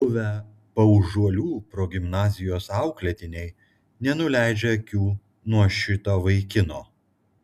buvę paužuolių progimnazijos auklėtiniai nenuleidžia akių nuo šito vaikino